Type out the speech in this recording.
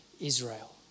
Israel